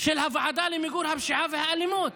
של הוועדה למיגור הפשיעה והאלימות